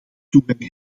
toegang